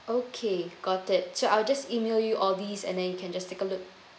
okay got it so I'll just email you all these and then you can just take a look